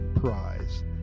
prize